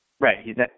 Right